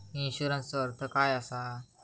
इन्शुरन्सचो अर्थ काय असा?